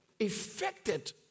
affected